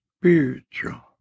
spiritual